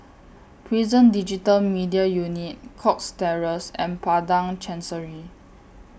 Prison Digital Media Unit Cox Terrace and Padang Chancery